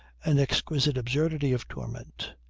an exquisite absurdity of torment.